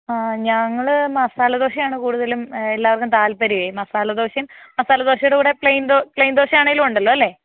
ആ ഞങ്ങൾ മസാല ദോശയാണ് കൂടുതലും എല്ലാവർക്കും താൽപ്പര്യമേ മസാല ദോശയും മസാല ദോശയുടെ കൂടെ പ്ലെയിൻ ദോ പ്ലെയിൻ ദോശയാണെങ്കിലും ഉണ്ടല്ലോ അല്ലേ